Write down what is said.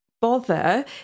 bother